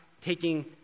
taking